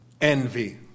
Envy